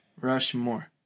Rushmore